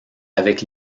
avec